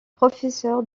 professeur